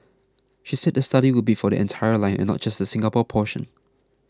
she said the study would be for the entire line and not just the Singapore portion